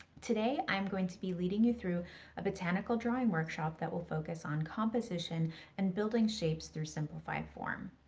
today i'm going to be leading you through a botanical drawing workshop that will focus on composition and building shapes through simplified form.